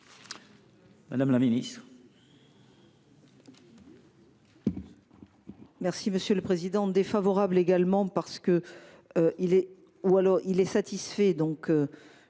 madame la ministre